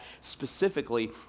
specifically